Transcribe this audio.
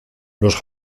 los